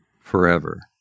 forever